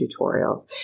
tutorials